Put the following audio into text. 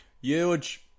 huge